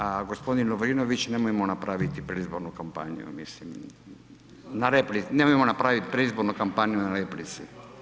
A gospodin Lovrinović nemojmo napraviti predizbornu kampanju, mislim na, nemojmo napraviti predizbornu kampanju na replici.